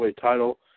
title